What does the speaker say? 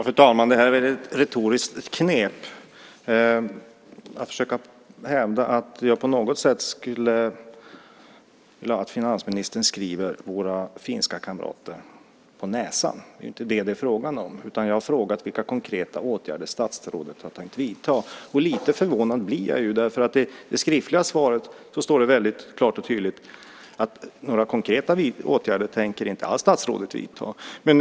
Fru talman! Det är ett retoriskt knep att försöka hävda att jag på något sätt skulle skriva våra finska kamrater på näsan. Det är inte fråga om det, utan jag har frågat vilka konkreta åtgärder statsrådet tänkt vidta. Lite förvånad blir jag eftersom det i det skriftliga svaret klart och tydligt sägs att statsrådet inte tänker vidta några konkreta åtgärder.